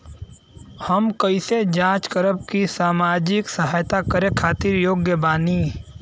हम कइसे जांच करब की सामाजिक सहायता करे खातिर योग्य बानी?